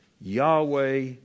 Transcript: Yahweh